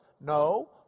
No